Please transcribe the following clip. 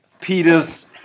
Peter's